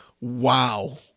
Wow